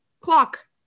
Clock